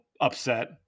upset